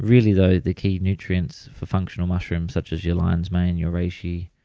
really though, the key nutrients for functional mushrooms such as your lion's mane your reishi,